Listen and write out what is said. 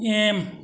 M